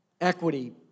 equity